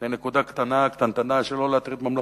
לנקודה קטנה-קטנטנה שלא להטריד ממלכות,